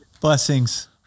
Blessings